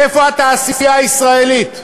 איפה התעשייה הישראלית?